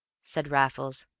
said raffles.